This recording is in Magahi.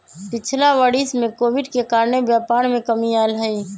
पिछिला वरिस में कोविड के कारणे व्यापार में कमी आयल हइ